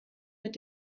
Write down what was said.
mit